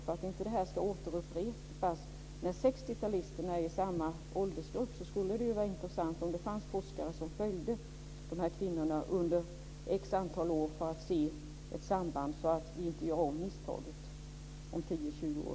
För att det inte ska återupprepas när 60-talisterna kommer att vara i samma åldersgrupp skulle det vara intressant om det fanns forskare som följde de här kvinnorna under ett visst antal år för att se ett samband, så att vi inte gör om misstaget om 10-20 år.